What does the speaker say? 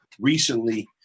recently